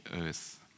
earth